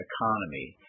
Economy